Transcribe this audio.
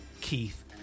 Keith